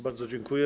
Bardzo dziękuję.